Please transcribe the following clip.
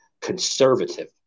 conservative